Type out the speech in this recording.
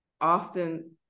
often